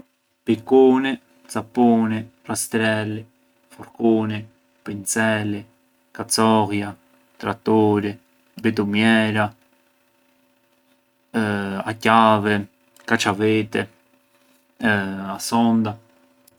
Pikuni, capuni, rastreli, furkuni, pinceli, kacollja, traturi, bitumjera, a qavi, kaçaviti, a sonda.